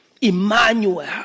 Emmanuel